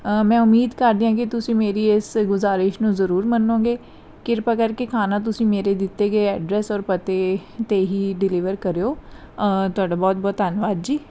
ਮੈਂ ਉਮੀਦ ਕਰਦੀ ਹਾਂ ਕਿ ਤੁਸੀਂ ਮੇਰੀ ਇਸ ਗੁਜ਼ਾਰਿਸ਼ ਨੂੰ ਜ਼ਰੂਰ ਮੰਨੋਗੇ ਕਿਰਪਾ ਕਰਕੇ ਖਾਣਾ ਤੁਸੀਂ ਮੇਰੇ ਦਿੱਤੇ ਗਏ ਐਡਰੈਸ ਔਰ ਪਤੇ 'ਤੇ ਹੀ ਡਿਲੀਵਰ ਕਰਿਓ ਤੁਹਾਡਾ ਬਹੁਤ ਬਹੁਤ ਧੰਨਵਾਦ ਜੀ